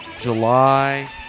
July